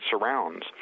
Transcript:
surrounds